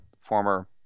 former